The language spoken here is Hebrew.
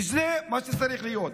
וזה מה שצריך להיות.